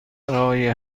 برای